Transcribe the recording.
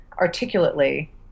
articulately